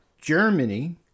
Germany